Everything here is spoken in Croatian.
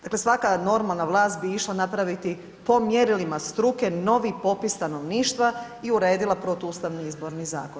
Dakle, svaka normalna vlast bi išla napraviti po mjerilima struke novi popis stanovništva i uredila Protuustavni izborni zakon.